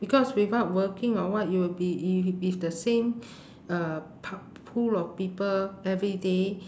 because without working or what you would be if be with the same uh p~ pool of people every day